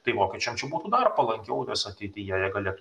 tai vokiečiam būtų dar palankiau nes ateityje jie galėtų